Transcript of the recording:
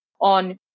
on